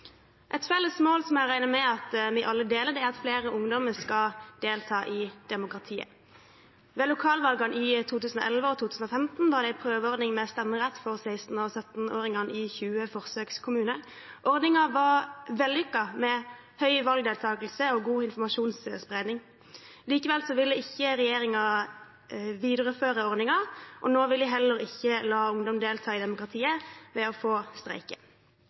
Et felles mål som jeg regner med at vi alle deler, er at flere ungdommer skal delta i demokratiet. Ved lokalvalgene i 2011 og 2015 var det en prøveordning med stemmerett for 16- og 17-åringer i 20 forsøkskommuner. Ordningen var vellykket, med høy valgdeltakelse og god informasjonsspredning. Likevel ville ikke regjeringen videreføre ordningen, og nå vil de heller ikke la ungdom delta i demokratiet ved å få